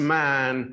man